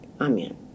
amen